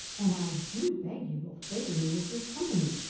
and i do beg you will favour me with your company,